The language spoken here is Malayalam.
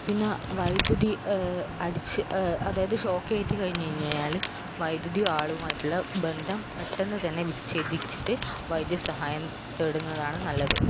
പിന്ന വൈദ്യുതി അടിച്ച് അതായത് ഷോക്ക് എറ്റ് കഴിഞ്ഞ് കഴിഞ്ഞാൽ വൈദ്യുതി ആളുമായിട്ടുള്ള ബന്ധം പെട്ടെന്ന് തന്നെ വിച്ഛേദിച്ചിട്ട് വൈദ്യ സഹായം തേടുന്നതാണ് നല്ലത്